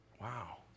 Wow